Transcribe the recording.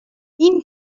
این